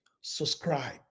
Subscribe